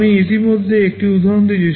আমি ইতিমধ্যে একটি উদাহরণ দিয়েছি